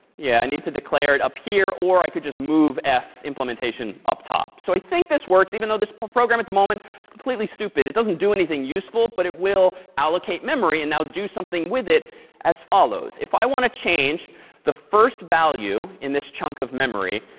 yeah, i need to declare it up here, or i could just move f's implementation up top. so i think this works, even though this program at the moment is completely stupid. it doesn't do anything useful, but it will allocate memory. and i'll do something with it as follows. if i want to change the first value in this chunk of memory,